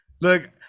Look